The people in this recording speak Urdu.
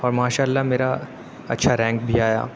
اور ماشاء اللہ میرا اچھا رینک بھی آیا